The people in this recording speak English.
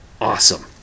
awesome